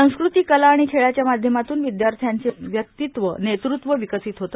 संस्कृती कला आणि खेळाच्या माध्यमातून विद्यार्थ्याचे व्यक्तित्व नेतृत्व विकसित होते